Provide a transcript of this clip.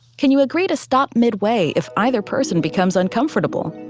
can you agree to stop midway if either person becomes uncomfortable?